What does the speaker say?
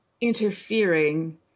interfering